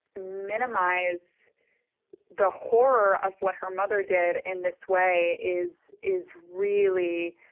minimize the horror of what her mother did in this way is is really,